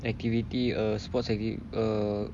activity uh sports activi~ err